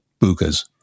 bukas